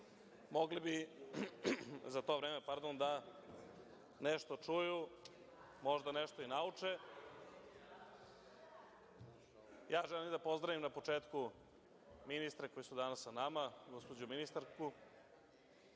mogli bi za to vreme da nešto čuju, možda nešto i nauče. Na početku, želim da pozdravim ministre koji su danas sa nama, gospođu ministarku,